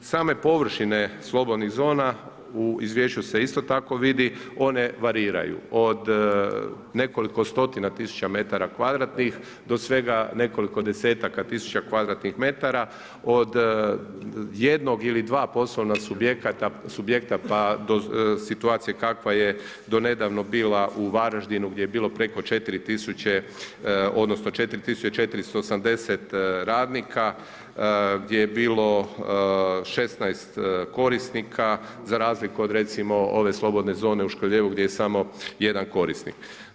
Same površine slobodnih zona u izvješću se isto tako vidi, one variraju od nekoliko stotina tisuća metara kvadratnih do svega nekoliko desetaka tisuća kvadratnih metara od jednog ili dva poslovna subjekta pa do situacije kakva je do nedavno bila u Varaždinu gdje je bilo 4 000 odnosno 4 480 radnika gdje je bilo 16 korisnika za razliku od recimo ove slobodne u zone u Škrljevu gdje je samo jedan korisnik.